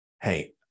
hey